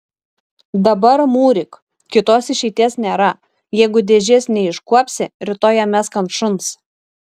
dabar mūryk kitos išeities nėra jeigu dėžės neiškuopsi rytoj ją mesk ant šuns